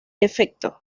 efecto